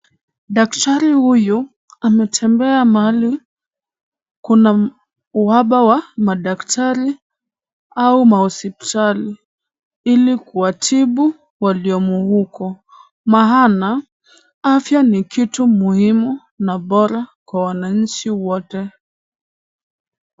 Daktari huyu ametembea mahali kuna uhaba wa madaktari au mahospitali ili kuwatibu waliomubuku maana afya ni kitu muhimu na bora kwa wananchi wote.